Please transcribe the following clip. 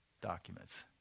documents